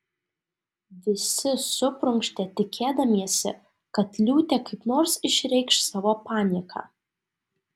visi suprunkštė tikėdamiesi kad liūtė kaip nors išreikš savo panieką